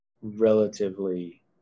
relatively